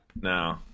no